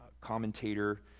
commentator